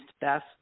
best